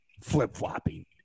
flip-flopping